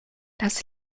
das